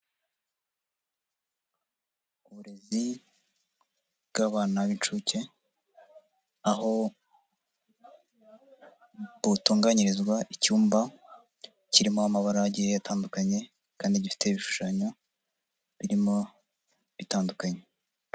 Uburezi bw'abana b'inshuke, aho butunganyirizwa icyumba, kirimo amabara agiye atandukanye kandi gifite ibishushanyo birimo bitandukanye.